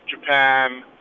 Japan